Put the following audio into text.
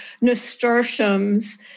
nasturtiums